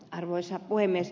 arvoisa puhemies